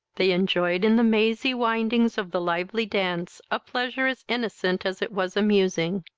they enjoyed in the mazy windings of the lively dance, a pleasure as innocent as it was amusing,